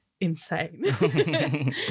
Insane